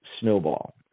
snowball